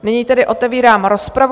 Nyní tedy otevírám rozpravu.